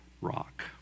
rock